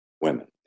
women